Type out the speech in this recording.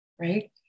Right